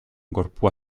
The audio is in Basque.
gorpua